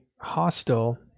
hostile